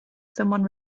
someone